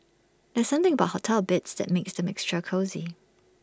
there's something about hotel beds that makes them extra cosy